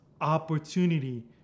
opportunity